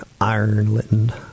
Ireland